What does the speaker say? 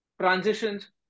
transitions